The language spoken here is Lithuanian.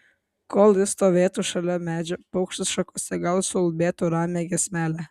kol ji stovėtų šalia medžio paukštis šakose gal suulbėtų ramią giesmelę